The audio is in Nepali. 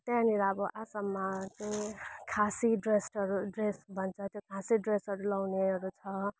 त्यहाँनिर अब आसममा चाहिँ खासी ड्रेसहरू ड्रेस भन्छ त्यो खासी ड्रेसहरू लगाउनेहरू छ